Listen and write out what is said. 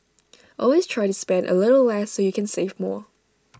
always try to spend A little less so you can save more